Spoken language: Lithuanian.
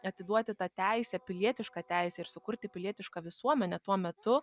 atiduoti tą teisę pilietišką teisę ir sukurti pilietišką visuomenę tuo metu